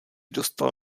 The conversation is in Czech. dostal